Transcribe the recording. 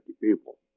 people